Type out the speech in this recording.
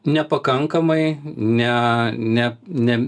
nepakankamai ne ne ne